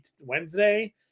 Wednesday